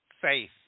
Faith